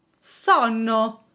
sonno